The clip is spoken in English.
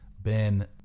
Ben